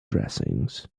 dressings